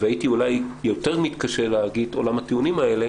ואולי הייתי מתקשה מול הנימוקים האלה